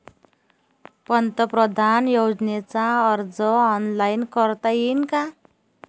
पंतप्रधान योजनेचा अर्ज ऑनलाईन करता येईन का?